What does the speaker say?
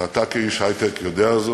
ואתה כאיש היי-טק יודע זאת: